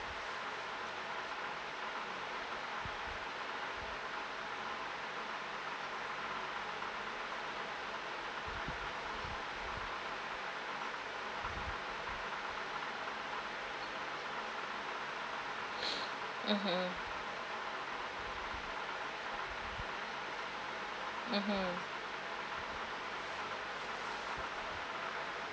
(uh huh) (uh huh)